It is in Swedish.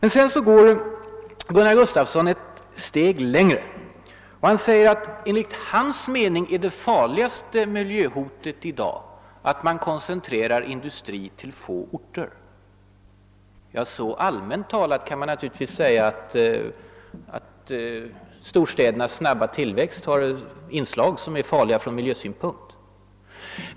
Nu går emellertid Gunnar Gustafsson ett steg längre och säger att enligt hans mening är det farligaste miljöhotet i dag att man koncentrerar industri till få orter. Ja, så allmänt uttryckt kan man naturligtvis säga att storstädernas snabba tillväxt har flera inslag som är farliga från miljösynpunkt.